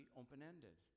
open-ended